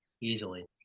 easily